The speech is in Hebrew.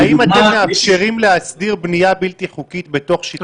לדוגמה --- האם אתם מאפשרים להסדיר בנייה בלתי חוקית בתוך שטחי C?